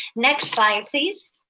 next slide please.